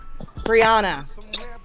Brianna